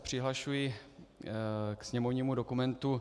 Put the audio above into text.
Přihlašuji se k sněmovnímu dokumentu 2941.